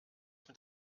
mit